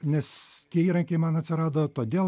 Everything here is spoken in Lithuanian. nes tie įrankiai man atsirado todėl